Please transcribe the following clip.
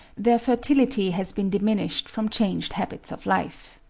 their fertility has been diminished from changed habits of life.